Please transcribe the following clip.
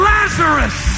Lazarus